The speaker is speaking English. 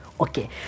Okay